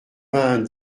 vingt